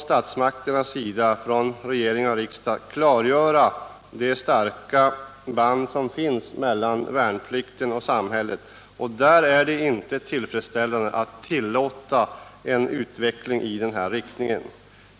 Statsmakterna måste klargöra det starka band som finns mellan värnplikten och samhället, och då är det inte tillfredsställande att tillåta en utveckling av det slag som nu har ägt rum.